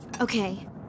Okay